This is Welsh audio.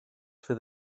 fydd